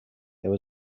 there